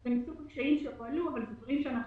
זה מסוג הקשיים שהועלו אבל בדברים שאנחנו